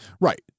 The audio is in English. Right